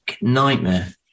nightmare